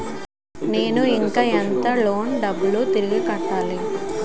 నేను ఇంకా ఎంత లోన్ డబ్బును తిరిగి కట్టాలి?